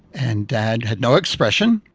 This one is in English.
and dad had no expression.